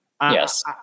Yes